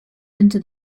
into